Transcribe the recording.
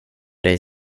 dig